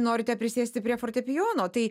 norite prisėsti prie fortepijono tai